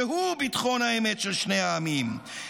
שהוא ביטחון האמת של שני העמים.